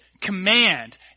command